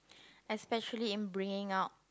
especially in bringing out